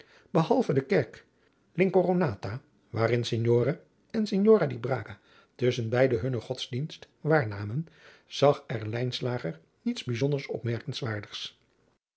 behalve de kerk l'incoronata waarin signore en signora di braga tusschen beide hunnen godsdienst waarnamen zag er lijnslager niets bijzonder